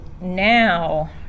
now